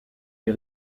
des